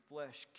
Flesh